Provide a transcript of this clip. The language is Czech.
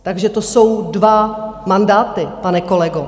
Takže to jsou dva mandáty, pane kolego.